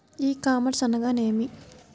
ఈ కామర్స్ అనగానేమి?